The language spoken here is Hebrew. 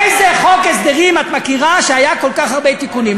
איזה חוק הסדרים את מכירה שהיו בו כל כך הרבה תיקונים?